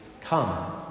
come